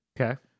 Okay